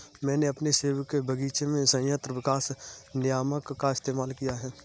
मैंने अपने सेब के बगीचे में संयंत्र विकास नियामक का इस्तेमाल किया है